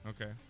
Okay